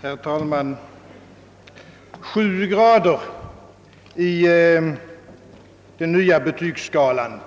Herr talman! Herr Arvidson menade, att vi inte skulle ha sju grader i den nya betygsskalan,